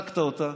חיזק אותה.